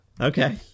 Okay